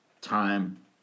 time